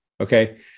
Okay